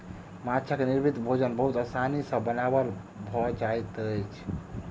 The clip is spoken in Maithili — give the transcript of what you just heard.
माँछक निर्मित भोजन बहुत आसानी सॅ बनायल भ जाइत अछि